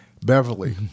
Beverly